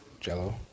Jello